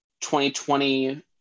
2020